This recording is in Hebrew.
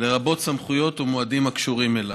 לרבות סמכויות ומועדים הקשורים אליו.